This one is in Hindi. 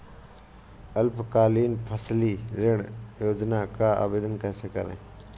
अल्पकालीन फसली ऋण योजना का आवेदन कैसे करें?